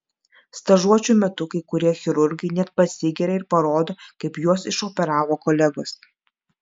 stažuočių metu kai kurie chirurgai net pasigiria ir parodo kaip juos išoperavo kolegos